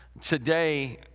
Today